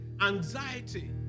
Anxiety